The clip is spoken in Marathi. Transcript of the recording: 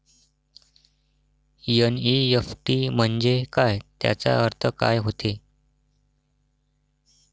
एन.ई.एफ.टी म्हंजे काय, त्याचा अर्थ काय होते?